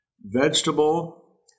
vegetable